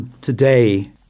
today